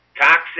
Toxic